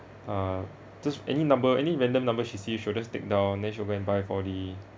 uh just any number any random number she see she will just take down and then she will go and buy four D